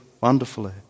wonderfully